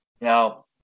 Now